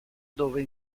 dove